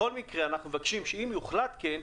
אבל בכל מקרה אנחנו מבקשים שאם יוחלט כן,